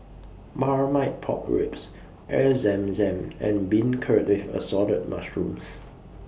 Marmite Pork Ribs Air Zam Zam and Beancurd with Assorted Mushrooms